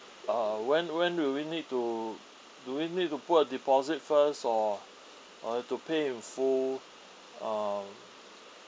uh when when will we need to do we need to put a deposit first or or have to pay with full uh